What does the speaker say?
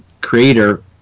creator